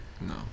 No